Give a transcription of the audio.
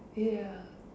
ya